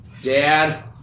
Dad